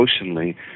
emotionally